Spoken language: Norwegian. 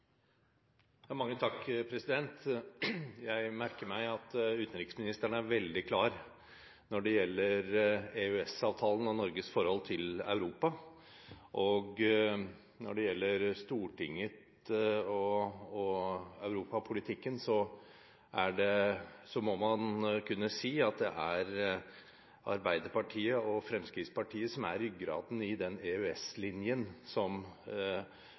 Jeg merker meg at utenriksministeren er veldig klar når det gjelder EØS-avtalen og Norges forhold til Europa. Når det gjelder Stortinget og europapolitikken, må man kunne si at det er Arbeiderpartiet og Fremskrittspartiet som er ryggraden i den EØS-linjen som